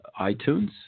iTunes